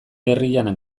herrian